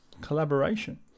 Collaboration